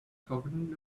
forgotten